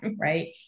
Right